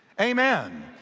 Amen